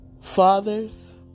Fathers